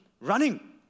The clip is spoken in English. running